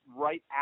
right